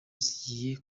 zigiye